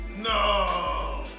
No